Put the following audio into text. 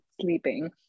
sleeping